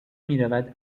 میرود